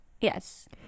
Yes